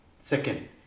Second